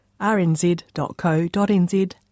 rnz.co.nz